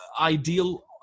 ideal